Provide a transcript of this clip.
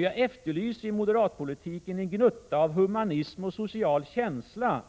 Jag efterlyser i moderatpolitiken en gnutta humanism och social känsla